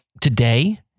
today